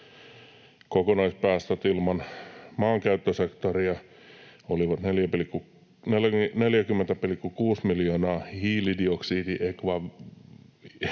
Kokonaispäästöt ilman maankäyttösektoria olivat 40,6 miljoonaa hiilidioksidiekvivalenttitonnia,